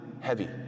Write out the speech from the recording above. heavy